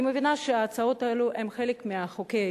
אני מבינה שההצעות האלה הן חלק מחוקי-היסוד